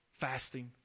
fasting